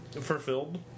Fulfilled